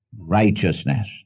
Righteousness